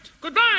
Goodbye